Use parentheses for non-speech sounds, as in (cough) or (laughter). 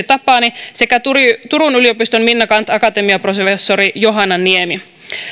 (unintelligible) tapani sekä turun turun yliopiston minna canth akatemiaprofessori johanna niemi